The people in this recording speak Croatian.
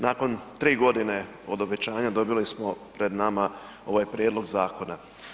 Nakon tri godine od obećanja dobili smo pred nama ovaj prijedlog zakona.